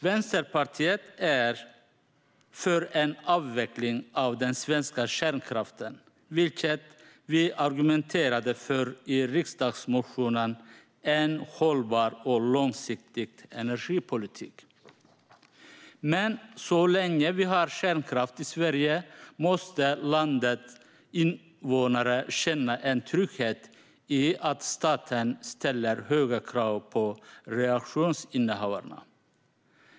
Vänsterpartiet är för en avveckling av den svenska kärnkraften, vilket vi argumenterade för i riksdagsmotionen En hållbar och långsiktig energipolitik . Men så länge som vi har kärnkraft i Sverige måste landets invånare känna en trygghet i att staten ställer höga krav på reaktorinnehavarna.